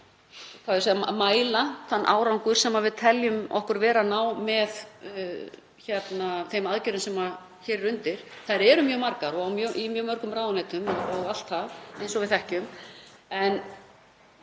hvernig við mælum þann árangur sem við teljum okkur vera að ná með þeim aðgerðum sem hér eru undir. Þær eru mjög margar og í mjög mörgum ráðuneytum og allt það, eins og við þekkjum.